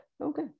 Okay